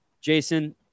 Jason